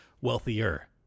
wealthier